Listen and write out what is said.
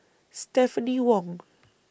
Stephanie Wong